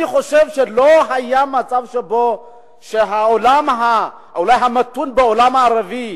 אני חושב שלא היה מצב שהמתון בעולם הערבי